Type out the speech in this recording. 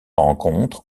rencontre